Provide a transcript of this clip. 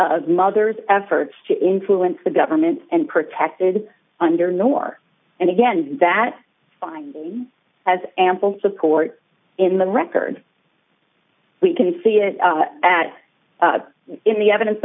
of mother's efforts to influence the government and protected under nor and again that finding has ample support in the record we can see it at in the evidence